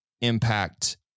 impact